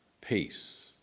Peace